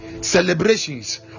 celebrations